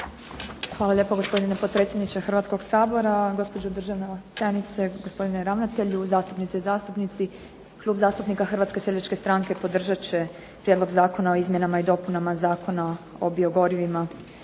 Hvala lijepa gospodine potpredsjedniče Hrvatskog sabora, gospođo državna tajnice, gospodine ravnatelju, zastupnice i zastupnici. Klub zastupnika Hrvatske seljačke stranke podržat će prijedlog Zakona o izmjenama i dopunama Zakona o biogorivima